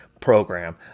program